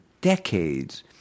decades